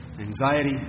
anxiety